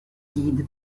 guide